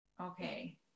Okay